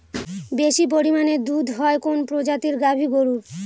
বেশি পরিমানে দুধ হয় কোন প্রজাতির গাভি গরুর?